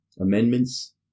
amendments